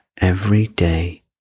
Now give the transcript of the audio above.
everyday